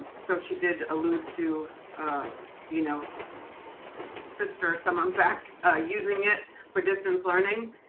so she did allude to um you know so her sister, someone back using it for distance learning.